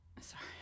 sorry